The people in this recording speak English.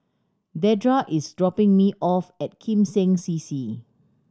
Dedra is dropping me off at Kim Seng C C